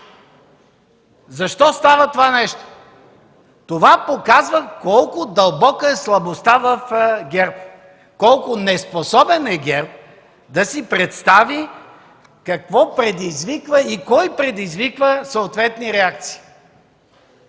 Защо става това нещо? Това показва колко дълбока е слабостта в ГЕРБ, колко неспособен е ГЕРБ да си представи какво и кой предизвиква съответни реакции.